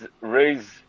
raise